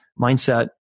mindset